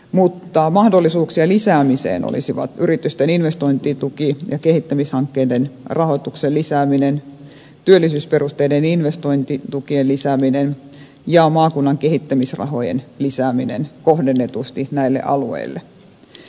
mutta mahdollisuuksia lisäämiseen olisivat yritysten investointituki ja kehittämishankkeiden rahoituksen lisääminen työllisyysperusteisten investointitukien lisääminen ja maakunnan kehittämisrahojen lisääminen kohdennetusti näille alueille